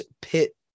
pit